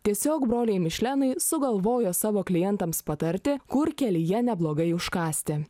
tiesiog broliai mišlenai sugalvojo savo klientams patarti kur kelyje neblogai užkąsti